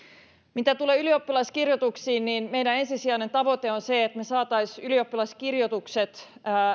mitä tulee ylioppilaskirjoituksiin niin meidän ensisijainen tavoite on se että me saisimme ylioppilaskirjoitukset